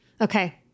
Okay